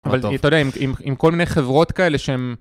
אבל אתה יודע, עם כל מיני חברות כאלה שהם...